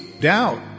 doubt